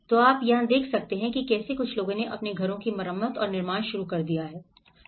तो आप क्या देख सकते हैं कि कैसे कुछ लोगों ने अपने घरों की मरम्मत और निर्माण शुरू कर दिया है नए घर